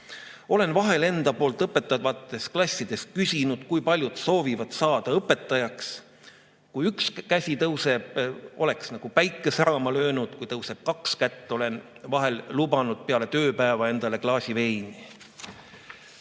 Olen vahel küsinud klassides, kus ma õpetan, kui paljud soovivad saada õpetajaks. Kui üks käsi tõuseb, oleks nagu päike särama löönud, kui tõuseb kaks kätt, olen vahel lubanud peale tööpäeva endale klaasi veini. Tean